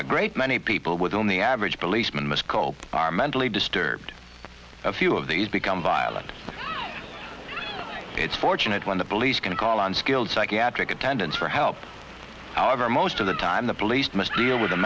a great many people within the average policeman must cope are mentally disturbed a few of these become violent it's fortunate when the police can call on skilled psychiatric attendants for help however most of the time the police must deal with